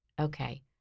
okay